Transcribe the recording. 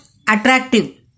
attractive